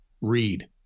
read